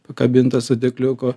pakabintas su dėkliuku